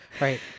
Right